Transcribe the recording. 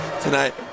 tonight